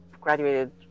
graduated